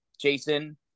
Jason